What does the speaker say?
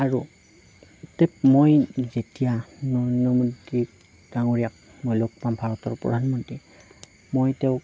আৰু তে মই যেতিয়া নৰেন্দ্ৰ মোদীক ডাঙৰীয়াক মই লগ পাম ভাৰতৰ প্ৰধানমন্ত্ৰীক মই তেওঁক